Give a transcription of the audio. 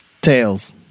Tails